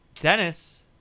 Dennis